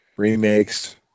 Remakes